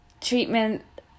treatment